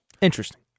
Interesting